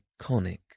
iconic